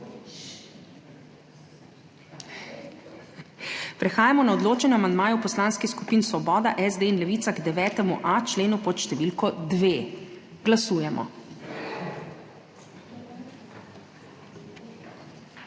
Prehajamo na odločanje o amandmaju poslanskih skupin Svoboda, SD in Levica k 9.a členu pod številko 2. Glasujemo.